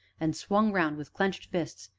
and swung round with clenched fists,